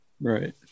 Right